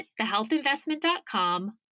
thehealthinvestment.com